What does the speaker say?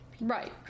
Right